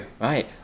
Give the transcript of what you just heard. right